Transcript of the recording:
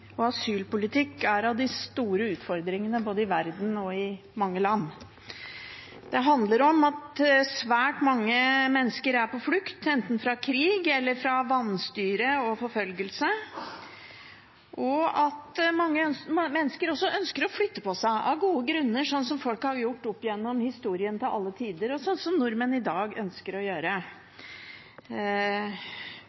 og asylpolitikk er av de store utfordringene i mange land i verden. Det handler om at svært mange mennesker er på flukt, enten fra krig eller fra vanstyre og forfølgelse, og også at mange mennesker ønsker å flytte på seg, av gode grunner, slik folk har gjort opp gjennom historien, til alle tider, og slik nordmenn i dag ønsker å gjøre.